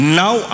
now